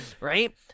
Right